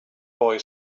boy